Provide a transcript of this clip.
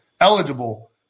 eligible